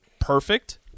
perfect